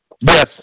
Yes